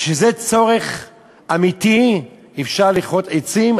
כשזה צורך אמיתי אפשר לכרות עצים,